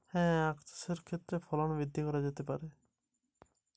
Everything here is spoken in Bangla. আক চাষের ক্ষেত্রে ফলন কি করে বৃদ্ধি করা যেতে পারে?